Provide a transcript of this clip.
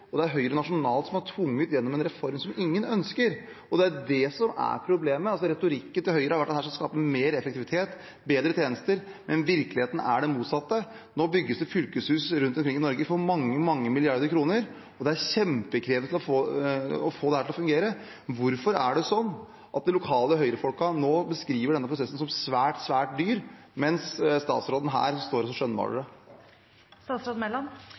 og det er Høyre nasjonalt som har tvunget gjennom en reform som ingen ønsker. Det er det som er problemet. Retorikken til Høyre har vært at dette skal skape mer effektivitet, bedre tjenester, men virkeligheten er den motsatte. Nå bygges det fylkeshus rundt omkring i Norge for mange milliarder kroner. Det er kjempekrevende å få dette til å fungere. Hvorfor er det sånn at de lokale Høyre-folka nå beskriver denne prosessen som svært dyr, mens statsråden står her